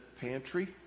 pantry